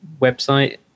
website